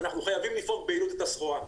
ואנחנו חייבים לפרוק ביעילות את הסחורה.